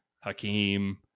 Hakeem